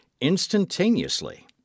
instantaneously